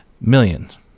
Millions